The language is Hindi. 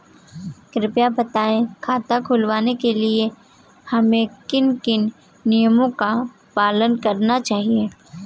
कृपया बताएँ खाता खुलवाने के लिए हमें किन किन नियमों का पालन करना चाहिए?